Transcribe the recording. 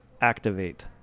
activate